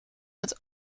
het